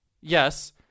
Yes